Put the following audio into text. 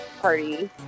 Party